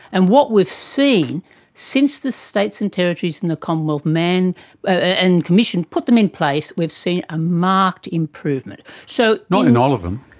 and what we've seen since the states and territories and the commonwealth and commission put them in place we've seen a marked improvement. so not in all of them.